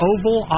Oval